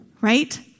right